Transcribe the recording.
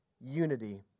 unity